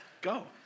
Go